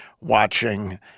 watching